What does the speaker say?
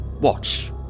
watch